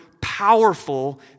powerful